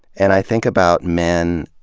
and i think about men